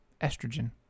estrogen